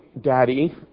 daddy